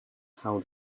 how